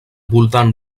voltant